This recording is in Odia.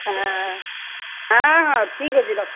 ହଁ ହଁ ହଁ ଠିକ୍ ଅଛି ରଖ